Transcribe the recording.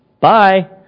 Bye